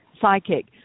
psychic